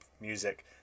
music